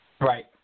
Right